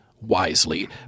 wisely